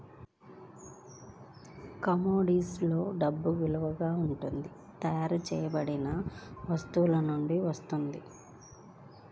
commodities లో డబ్బు విలువ అది తయారు చేయబడిన వస్తువు నుండి వస్తుంది